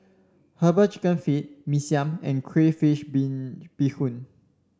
herbal chicken feet Mee Siam and crayfish been beehoon